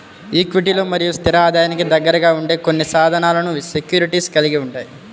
ఈక్విటీలు మరియు స్థిర ఆదాయానికి దగ్గరగా ఉండే కొన్ని సాధనాలను సెక్యూరిటీస్ కలిగి ఉంటాయి